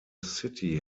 city